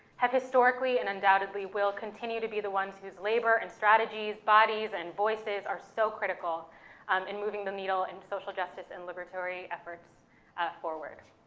have historically and undoubtedly will continue to be the ones who's labor, and strategies, bodies, and voices are so critical um in moving the needle into social justice and libratory efforts forward.